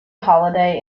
holiday